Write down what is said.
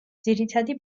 ძირითადი